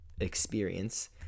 experience